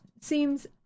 seems